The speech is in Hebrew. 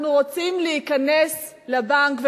אנחנו רוצים להיכנס לבנק.